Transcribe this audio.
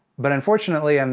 but unfortunately, and